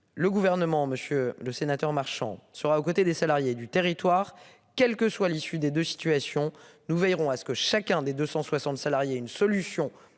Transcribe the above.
le gouvernement, Monsieur le Sénateur marchand sera aux côtés des salariés du territoire, quel que soit l'issue des deux situations, nous veillerons à ce que chacun des 260 salariés. Une solution